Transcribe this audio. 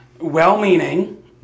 well-meaning